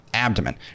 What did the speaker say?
abdomen